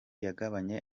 yagabanye